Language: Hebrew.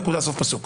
נקודה, סוף פסוק.